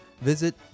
visit